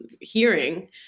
hearing